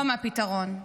לא מהפתרון.